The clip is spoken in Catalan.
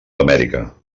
amèrica